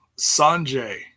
Sanjay